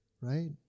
right